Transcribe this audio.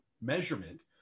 measurement